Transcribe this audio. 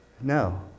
No